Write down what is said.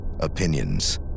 opinions